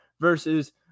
versus